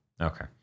Okay